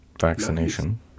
vaccination